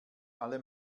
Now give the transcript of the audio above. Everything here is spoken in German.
alle